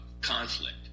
conflict